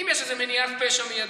אם יש איזה מניעת פשע מיידי,